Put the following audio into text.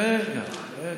רגע, רגע,